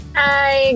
hi